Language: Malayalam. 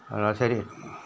ആ ശരി